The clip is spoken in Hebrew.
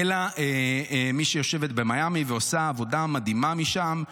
מי שיושבת במיאמי ועושה עבודה מדהימה משם.